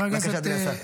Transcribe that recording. בבקשה, אדוני השר.